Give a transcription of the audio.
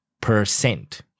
Percent